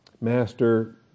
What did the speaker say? master